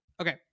Okay